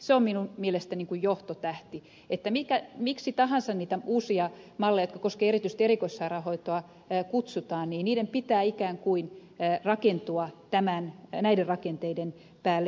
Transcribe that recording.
se on minun mielestäni niin kuin johtotähti että miksi tahansa niitä uusia malleja jotka koskevat erityisesti erikoissairaanhoitoa kutsutaan niin niiden pitää ikään kuin rakentua näiden rakenteiden päälle